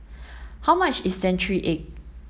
how much is century egg